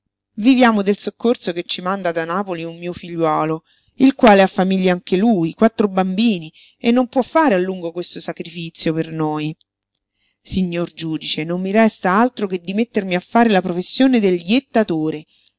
viviamo del soccorso che ci manda da napoli un mio figliuolo il quale ha famiglia anche lui quattro bambini e non può fare a lungo questo sacrifizio per noi signor giudice non mi resta altro che di mettermi a fare la professione del